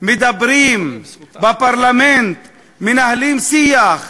מדברים בפרלמנט, מנהלים שיח,